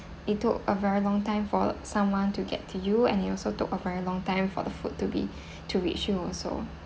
it took a very long time for someone to get to you and it also took a very long time for the food to be to reach you also